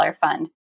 fund